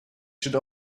should